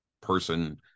person